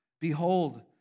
Behold